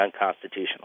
unconstitutional